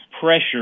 pressure